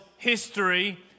History